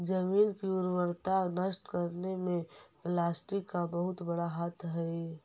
जमीन की उर्वरता नष्ट करने में प्लास्टिक का बहुत बड़ा हाथ हई